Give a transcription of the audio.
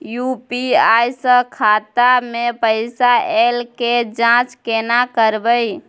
UPI स खाता मे पैसा ऐल के जाँच केने करबै?